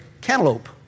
cantaloupe